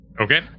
Okay